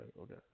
okay